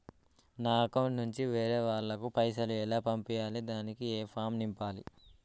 నా అకౌంట్ నుంచి వేరే వాళ్ళకు పైసలు ఎలా పంపియ్యాలి దానికి ఏ ఫామ్ నింపాలి?